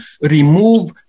remove